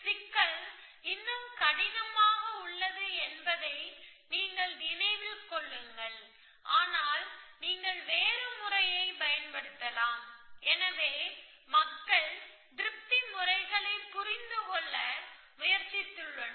சிக்கல் இன்னும் கடினமாக உள்ளது என்பதை நினைவில் கொள்ளுங்கள் ஆனால் நீங்கள் வேறு முறையைப் பயன்படுத்தலாம் எனவே மக்கள் திருப்தி முறைகளைப் புரிந்து கொள்ள முயற்சித்துள்ளனர்